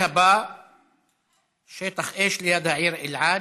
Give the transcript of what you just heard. נעבור להצעה לסדר-היום בנושא: שטח אש ליד העיר אלעד,